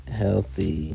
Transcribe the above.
healthy